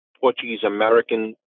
Portuguese-American